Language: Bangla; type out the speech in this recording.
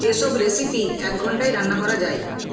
যেসব রেসিপি এক ঘন্টায় রান্না করা যায়